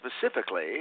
specifically